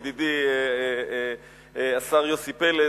ידידי השר יוסי פלד,